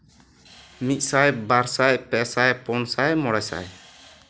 ᱢᱤᱫ ᱥᱟᱭ ᱵᱟᱨ ᱥᱟᱭ ᱯᱮ ᱥᱟᱭ ᱯᱩᱱ ᱥᱟᱭ ᱢᱚᱬᱮ ᱥᱟᱭ